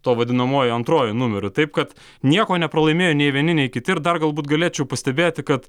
tuo vadinamuoju antruoju numeriu taip kad nieko nepralaimėjo nei vieni nei kiti ir dar galbūt galėčiau pastebėti kad